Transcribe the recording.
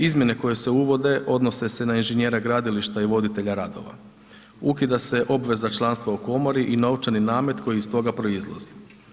Izmjene koje se uvode odnose na inženjera gradilišta i voditelja radova, ukida se obveza članstva u komori i novčani namet koji iz toga proizlazi.